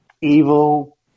evil